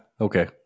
okay